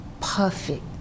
Perfect